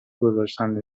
گذشتن